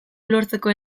lortzeko